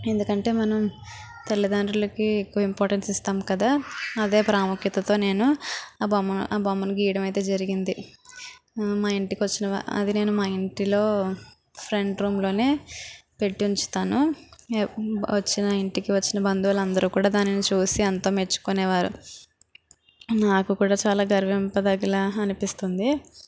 ఎందుకంటే మనం తల్లిదడ్రులకి ఎక్కువ ఇంపార్టెన్స్ ఇస్తాము కదా అదే ప్రాముఖ్యతతో నేను ఆ బొమ్మను ఆ బొమ్మను గీయడం అయితే జరిగింది మా ఇంటికి వచ్చిన వా అది నేను మా ఇంట్లో ఫ్రంట్ రూంలో నే పెట్టి ఉంచుతాను ఎ వచ్చిన ఇంటికి వచ్చిన బంధువులందరు కూడా దానిని చూసి అంతా మెచ్చుకునేవారు నాకు కూడా చాలా గారవింపదగేలా అనిపిస్తుంది